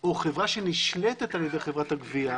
או חברה שנשלטת על ידי חברת הגבייה